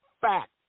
fact